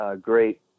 great